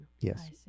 Yes